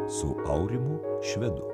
su aurimu švedu